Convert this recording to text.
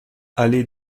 allée